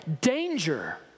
danger